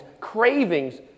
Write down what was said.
cravings